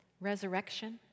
Resurrection